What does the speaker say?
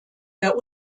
der